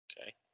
Okay